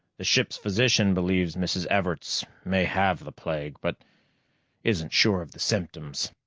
the ship physician believes mrs. everts may have the plague, but isn't sure of the symptoms.